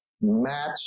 match